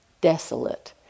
desolate